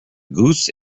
goose